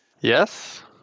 Yes